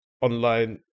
online